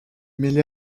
mêlé